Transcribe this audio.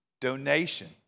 donation